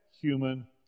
human